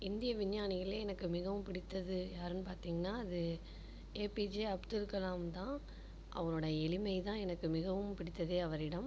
இந்திய விஞ்ஞானிகளில் எனக்கு மிகவும் பிடித்தது யாருன்னு பார்த்திங்ன்னா அது ஏபிஜே அப்துல் கலாம் தான் அவரோட எளிமை தான் எனக்கு மிகவும் பிடித்ததே அவரிடம்